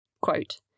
Quote